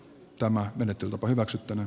tämä menettelytapa hyväksyttiin